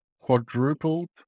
quadrupled